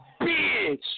bitch